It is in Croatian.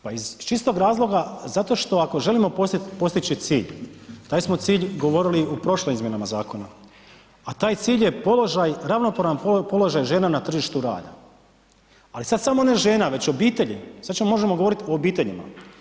Pa iz čistog razloga zato što ako želimo postići cilj, taj smo cilj govorili u prošlim izmjenama zakona, a taj cilj je položaj, ravnopravan položaj žena na tržištu rada, ali sad samo ne žena, već obitelji, sad možemo govoriti o obiteljima.